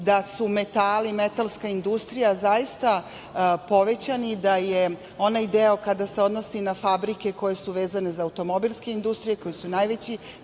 da su metali i metalska industrija zaista povećani, da je onaj deo koji se odnosi na fabrike koje su vezane za automobilske industrije, koji su najveći